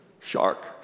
Shark